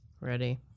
Ready